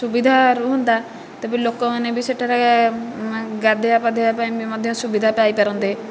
ସୁବିଧା ରୁହନ୍ତା ତେବେ ଲୋକମାନେ ବି ସେଠାରେ ଗାଧୋଇବା ପାଧୋଇବା ପାଇଁ ମଧ୍ୟ ସୁବିଧା ପାଇପାରନ୍ତେ